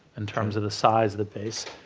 in terms of the size of the pace,